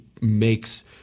makes